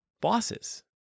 bosses